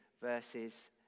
verses